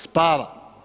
Spava.